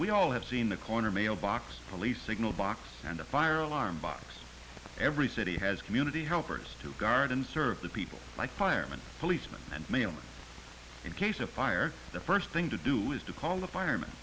we all have seen the corner mailbox police signal box and a fire alarm box every city has community helpers to guard and serve the people like firemen policemen and militants in case of fire the first thing to do is to call the firemen